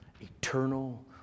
eternal